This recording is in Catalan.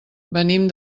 venim